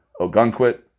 Ogunquit